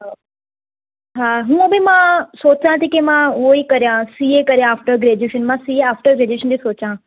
हा हूंअं बि मां सोचियां थी की मां उहो ई करियां सीए करियां आफ्टर ग्रैजुएशन मां सीए आफ्टर ग्रैजुएशन जी सोचां